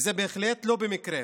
וזה בהחלט לא במקרה.